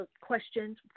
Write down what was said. questions